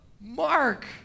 Mark